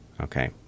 Okay